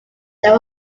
there